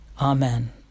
Amen